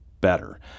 better